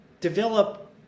develop